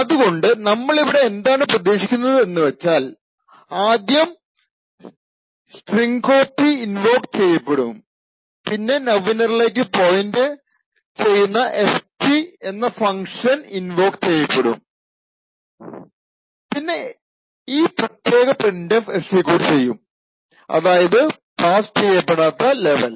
അതുകൊണ്ട് നമ്മൾ ഇവിടെ എന്താണ് പ്രതീക്ഷിക്കുന്നത് എന്ന് വച്ചാൽ ആദ്യം strcpy ഇൻവോക് ചെയ്യപ്പെടും പിന്നെ നൌഇന്നറിലേക്കു പോയിൻറ് ചെയ്യുന്ന fp ഫങ്ക്ഷൺ ഇൻവോക് ചെയ്യപ്പെടും പിന്നെ ഈ പ്രത്യേക printf എക്സിക്യൂട്ട് ചെയ്യും അതായതു പാസ്സ് ചെയ്യപ്പെടാത്ത ലെവൽ